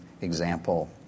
example